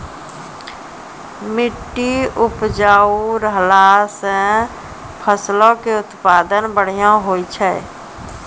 मट्टी उपजाऊ रहला से फसलो के उत्पादन बढ़िया होय छै